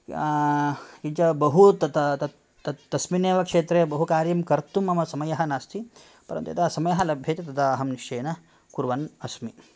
किञ्च बहु त तत्त तस्मिन्नेव क्षेत्रे बहु कार्यं कर्तुं मम समयः नास्ति परन्तु यदा समयः लभ्यते तदा अहं निश्चयेन कुर्वन् अस्मि